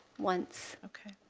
once. okay.